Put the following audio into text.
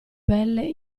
pelle